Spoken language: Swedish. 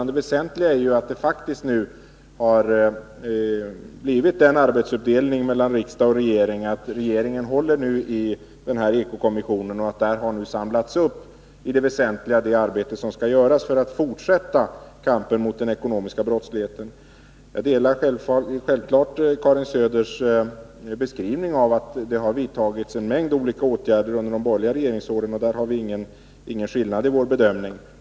Det väsentliga är ju att det nu faktiskt har uppstått den arbetsfördelningen mellan riksdag och regering att regeringen håller i eko-kommissionen. Där har samlats upp det arbete som skall göras för att fortsätta kampen mot den ekonomiska brottsligheten. Jag delar självfallet Karin Söders beskrivning av att det har vidtagits en mängd olika åtgärder under de borgerliga regeringsåren — där har vi ingen skillnad i vår bedömning.